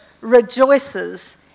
rejoices